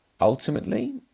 Ultimately